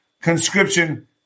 conscription